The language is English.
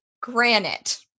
granite